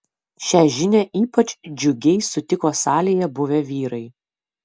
šią žinią ypač džiugiai sutiko salėje buvę vyrai